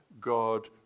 God